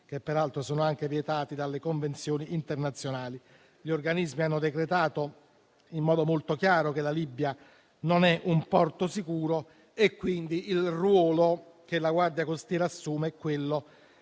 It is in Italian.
che peraltro sono anche vietati dalle convenzioni internazionali. Gli organismi hanno decretato in modo molto chiaro che la Libia non è un porto sicuro, quindi il ruolo che la Guardia costiera assume è quello